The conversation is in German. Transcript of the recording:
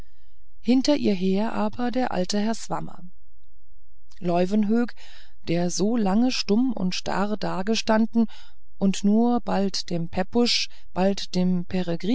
hinter ihr her aber der alte herr swammer leuwenhoek der so lange stumm und starr dagestanden und nur bald dem pepusch bald dem